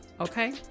Okay